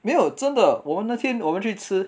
没有真的我们那天我们去吃